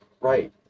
Right